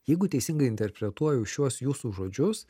jeigu teisingai interpretuoju šiuos jūsų žodžius